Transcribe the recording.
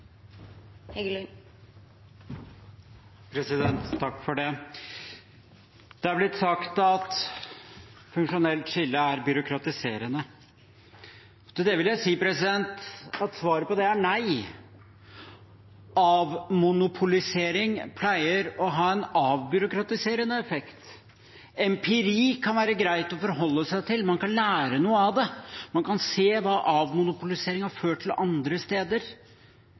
det vil jeg si: Svaret på det er nei. Avmonopolisering pleier å ha en avbyråkratiserende effekt. Empiri kan være greit å forholde seg til – man kan lære noe av det, man kan se hva avmonopolisering har ført til andre